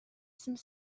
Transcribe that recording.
some